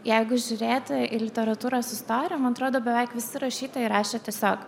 jeigu žiūrėti į literatūrą su istorija man atrodo beveik visi rašytojai rašė tiesiog